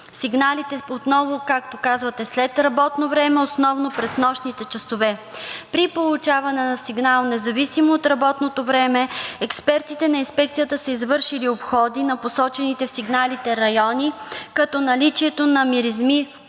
Сигналите са отново, както казвате, след работно време, основно през нощните часове. При получаване на сигнал, независимо от работното време, експертите на Инспекцията са извършили обходи на посочените в сигналите райони, като наличието на миризми в тези